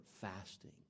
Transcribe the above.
fasting